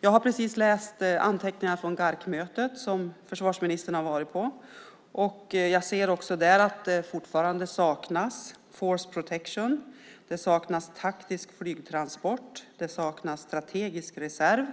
Jag har precis läst anteckningar från Gaercmötet, som försvarsministern har varit på. Jag ser där att det fortfarande saknas force protection . Det saknas taktisk flygtransport. Det saknas en strategisk reserv.